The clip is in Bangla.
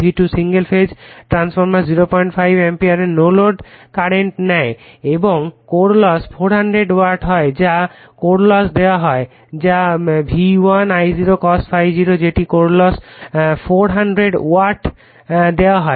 সিঙ্গেল ফেজ ট্রান্সফরমার 05 অ্যাম্পিয়ারের নো লোড কারেন্ট নেয় এবং কোর লস 400 ওয়াট হয় যা কোর লস দেওয়া হয় যা V1 I0 cos ∅0 যেটি কোর লস 400 ওয়াট দেওয়া হয়